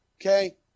okay